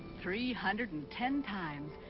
three hundred and ten times,